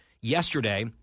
yesterday